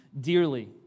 dearly